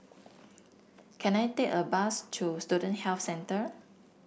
can I take a bus to Student Health Centre